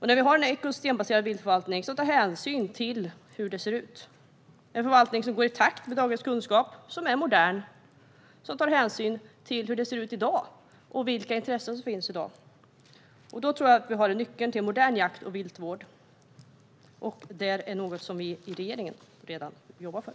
När vi har en ekosystembaserad förvaltning som tar hänsyn till hur det ser ut, en förvaltning som går i takt med dagens kunskap, som är modern och tar hänsyn till hur det ser ut i dag och vilka intressen som finns i dag, tror jag att vi har nyckeln till en modern jakt och viltvård. Detta är något som vi i regeringspartierna redan jobbar för.